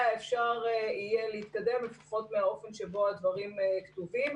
אפשר יהיה להתקדם לפחות מהאופן שבו הדברים כתובים.